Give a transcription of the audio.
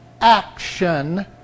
action